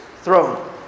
throne